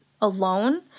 alone